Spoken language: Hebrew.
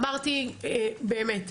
אמרתי באמת,